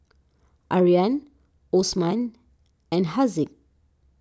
Aryan Osman and Haziq